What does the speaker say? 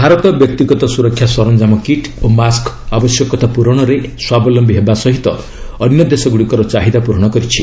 ଭାରତ ବ୍ୟକ୍ତିଗତ ସୁରକ୍ଷା ସରଞ୍ଜାମ କିଟ୍ ଓ ମାସ୍କ୍ ଆବଶ୍ୟକତା ପ୍ରରଣରେ ସ୍ନାବଲମ୍ବି ହେବା ସହ ଅନ୍ୟ ଦେଶଗ୍ରଡ଼ିକର ଚାହିଦା ପୂରଣ କରିଛି